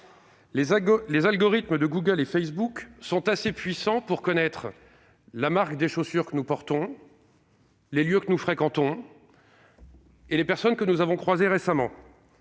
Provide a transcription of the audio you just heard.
Les algorithmes de Google et de Facebook sont assez puissants pour connaître la marque des chaussures que nous portons, les lieux que nous fréquentons et les personnes que nous avons croisées récemment.